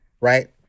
right